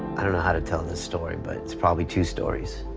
i don't know how to tell this story, but it's probably two stories.